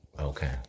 Okay